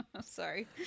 Sorry